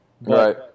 right